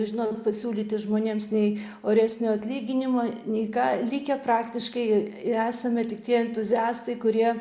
žinot pasiūlyti žmonėms nei oresnio atlyginimo nei ką likę praktiškai esame tik tie entuziastai kurie